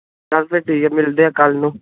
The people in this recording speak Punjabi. ਚੱਲ ਫਿਰ ਠੀਕ ਮਿਲਦੇ ਆ ਕੱਲ੍ਹ ਨੂੰ